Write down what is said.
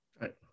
right